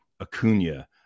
Acuna